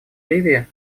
ливии